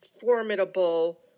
formidable